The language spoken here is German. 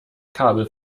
kabel